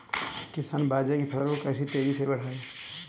किसान बाजरे की फसल को तेजी से कैसे बढ़ाएँ?